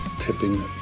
Tipping